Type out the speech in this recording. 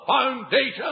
foundation